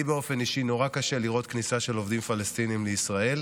לי באופן אישי קשה נורא לראות כניסה של עובדים פלסטינים לישראל.